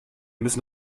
müssen